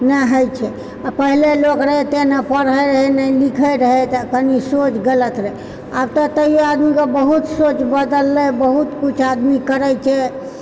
नहि हइ छै आ पहिले लोक रहए नहि पढ़ए रहए नहि लिखए रहै तऽ कनी सोच गलत रहए आब तऽ तैयो आदमीके बहुत सोच बदललै बहुत किछु आदमी करैत छै